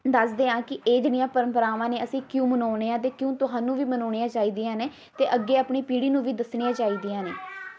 ਦੱਸਦੇ ਹਾਂ ਕਿ ਇਹ ਜਿਹੜੀਆਂ ਪਰੰਪਰਾਵਾਂ ਨੇ ਅਸੀਂ ਕਿਉਂ ਮਨਾਉਂਦੇ ਹਾਂ ਅਤੇ ਕਿਉਂ ਤੁਹਾਨੂੰ ਵੀ ਮਨਾਉਣੀਆਂ ਚਾਹੀਦੀਆਂ ਨੇ ਅਤੇ ਅੱਗੇ ਆਪਣੀ ਪੀੜ੍ਹੀ ਨੂੰ ਵੀ ਦੱਸਣੀਆਂ ਚਾਹੀਦੀਆਂ ਨੇ